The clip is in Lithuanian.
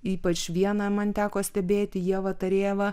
ypač vieną man teko stebėti ievą tarėjevą